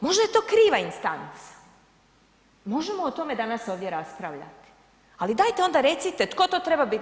Možda je to kriva instanca, možemo o tome danas ovdje raspravljati, ali dajte onda recite tko to treba biti.